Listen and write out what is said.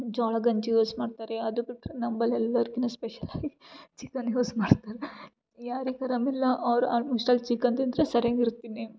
ಜೋಳ ಗಂಜಿ ಯೂಸ್ ಮಾಡ್ತಾರೆ ಅದು ಪ್ರಿಪೇರ್ ನಂಬಲ್ಲಿ ಎಲ್ಲರ್ಕಿನ್ನ ಸ್ಪೆಷಲ್ಲಾಗಿ ಚಿಕನ್ ಯೂಸ್ ಮಾಡ್ತಾರೆ ಯಾರಿಗೆ ಅರಾಮಿಲ್ಲ ಅವರು ಆಲ್ಮೋಸ್ಟ್ ಆಲ್ ಚಿಕನ್ ತಿಂದರೆ ಸರಿಯಾಗಿರ್ತೀನಿ